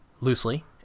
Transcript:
loosely